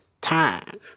time